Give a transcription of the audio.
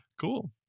cool